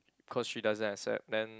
cause she doesn't accept then